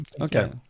okay